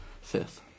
Fifth